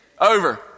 Over